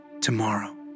Tomorrow